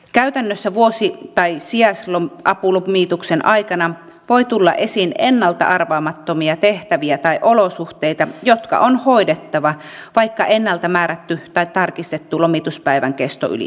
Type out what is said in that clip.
käytännössä vuosiloma tai sijaisapulomituksen aikana voi tulla esiin ennalta arvaamattomia tehtäviä tai olosuhteita jotka on hoidettava vaikka ennalta määrätty tai tarkistettu lomituspäivän kesto ylittyisi